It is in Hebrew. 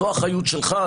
זו אחריות שלך.